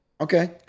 Okay